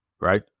right